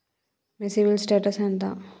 మీ CIBIL status ఎంత?